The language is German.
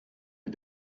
mir